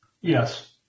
Yes